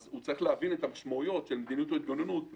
והוא צריך להבין את המשמעויות של מדיניות ההתגוננות למשק,